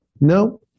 no